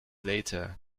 later